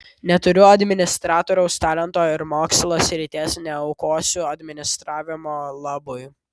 neturiu administratoriaus talento ir mokslo srities neaukosiu administravimo labui